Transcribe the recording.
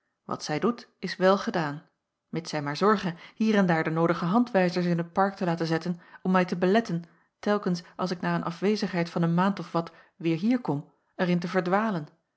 wat zij doet is welgedaan mids zij maar zorge hier en daar de noodige handwijzers in t park te laten zetten om mij te beletten telkens als ik na een afwezigheid van een maand of wat weêr hier kom er in te verdwalen